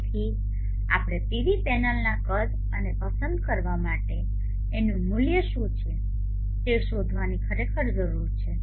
તેથી આપણે પીવી પેનલના કદ અને પસંદ કરવા માટે એનું મૂલ્ય શું છે તે શોધવાની ખરેખર જરૂર છે